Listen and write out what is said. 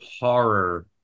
horror